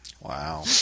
Wow